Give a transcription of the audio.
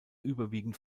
überwiegend